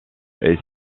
est